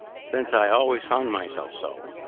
since i always found myself so,